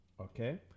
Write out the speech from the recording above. okay